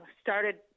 started